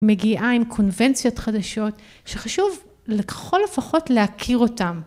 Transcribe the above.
מגיעה עם קונבנציות חדשות שחשוב לכל לפחות להכיר אותם.